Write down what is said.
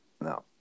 no